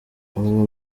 ubu